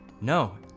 no